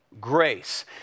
Grace